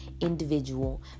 individual